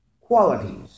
qualities